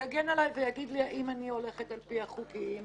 יגן עלי ויגיד לי האם אני הולכת על פי החוקים,